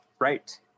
Right